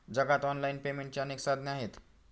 जगात ऑनलाइन पेमेंटची अनेक साधने आहेत